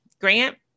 Grant